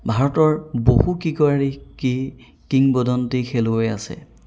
ভাৰতৰ বহুকেইগৰাকী কিংবদন্তি খেলুৱৈ আছে